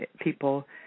people